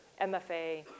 MFA